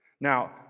Now